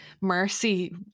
Mercy